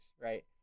right